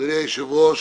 אדוני היושב-ראש,